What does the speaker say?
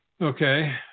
Okay